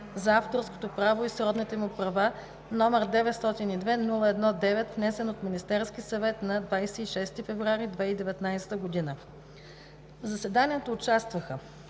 за авторското право и сродните му права, № 902-01-9, внесен от Министерския съвет на 26 февруари 2019 г. В заседанието участваха: